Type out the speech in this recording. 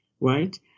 right